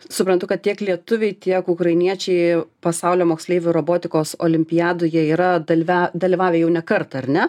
suprantu kad tiek lietuviai tiek ukrainiečiai pasaulio moksleivių robotikos olimpiadoje yra dalyva dalyvavę jau ne kartą ar ne